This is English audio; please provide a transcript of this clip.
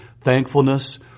thankfulness